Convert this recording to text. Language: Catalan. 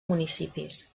municipis